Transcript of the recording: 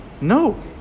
No